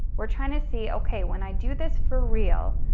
we're trying to see, okay, when i do this for real,